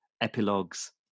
epilogues